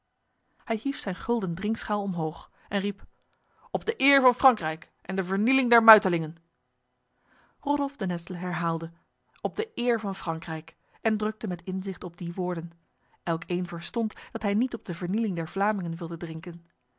hij hief zijn gulden drinkschaal omhoog en riep op de eer van frankrijk en de vernieling der muitelingen rodolf de nesle herhaalde op de eer van frankrijk en drukte met inzicht op die woorden elkeen verstond dat hij niet op de vernieling der vlamingen wilde drinken